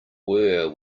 were